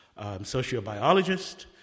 sociobiologist